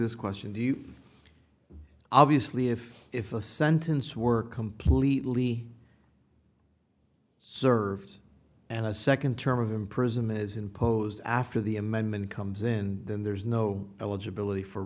this question do you obviously if if a sentence work completely served and a second term of imprisonment is imposed after the amendment comes in then there's no eligibility for